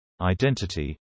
identity